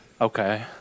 Okay